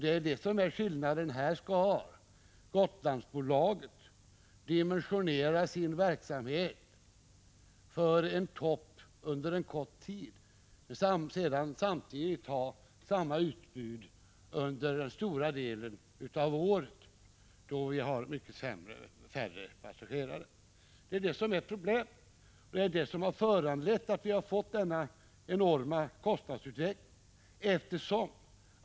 Det är det som är skillnaden. Här skall Gotlandsbolaget dimensionera sin verksamhet för en topp under kort tid och ha samma utbud under resten, dvs. större delen av året då det är mycket färre passagerare. Det är det som är problemet och det är det som föranlett denna enorma kostnadsutveckling.